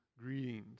greetings